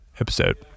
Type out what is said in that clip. episode